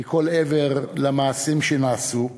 מכל עבר של המעשים שנעשו,